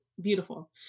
beautiful